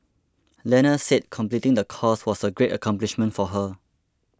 Lena said completing the course was a great accomplishment for her